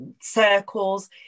circles